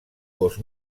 gos